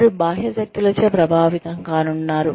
వారు బాహ్య శక్తులచే ప్రభావితం కానున్నారు